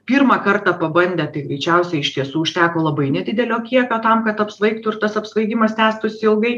pirmą kartą pabandę tai greičiausiai iš tiesų užteko labai nedidelio kiekio tam kad apsvaigtų ir tas apsvaigimas tęstųsi ilgai